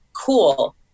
cool